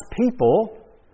people